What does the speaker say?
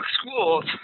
Schools